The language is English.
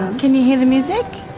can you hear the music?